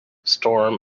storm